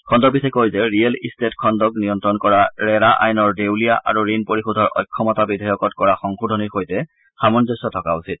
খণ্ডপীঠে কয় যে ৰিয়েল ইট্টেট খণ্ডক নিয়ন্ত্ৰণ কৰা 'ৰেৰা' আইনৰ দেউলীয়া আৰু ঋণ পৰিশোধৰ অক্ষমতা বিধেয়কত কৰা সংশোধনীৰ সৈতে সামঞ্জস্য থকা উচিত